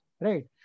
right